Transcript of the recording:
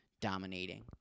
dominating